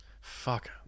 Fuck